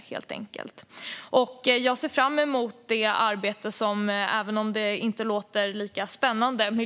Jag ser fram emot det arbete som Miljömålsberedningen kommer att presentera, även om det inte låter lika spännande.